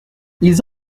ils